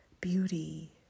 Beauty